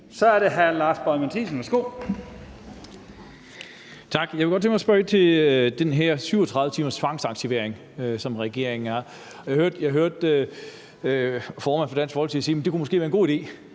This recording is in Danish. Kl. 20:32 Lars Boje Mathiesen (UFG): Tak. Jeg kunne godt tænke mig at spørge ind til den her 37-timers tvangsaktivering, som regeringen har, for jeg hørte formanden for Dansk Folkeparti sige, at det måske kunne være en god idé.